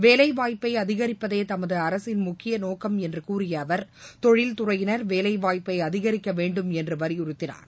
வேலைவாய்ப்பை அதினிப்பதே தமது அரசின் முக்கிய நோக்கம் என்று கூறிய அவர் தொழில் துறையினர் வேலைவாய்ப்ளப அதிகரிக்க வேண்டும் என்று வலியுறுத்தினார்